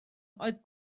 oedd